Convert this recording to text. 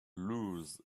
lose